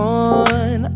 on